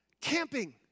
camping